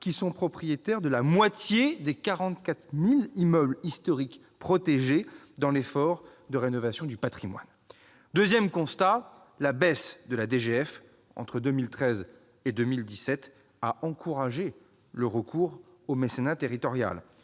propriétaires de la moitié des 44 000 immeubles historiques protégés, dans l'effort de rénovation du patrimoine. Deuxième constat : la baisse de la DGF entre 2013 et 2017 a encouragé le recours au mécénat territorial.